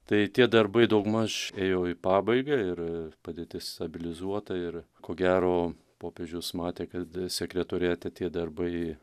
tai tie darbai daugmaž ėjo į pabaigą ir padėtis stabilizuota ir ko gero popiežius matė kad sekretoriate tie darbai